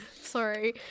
Sorry